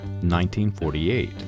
1948